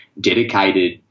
dedicated